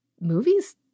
movies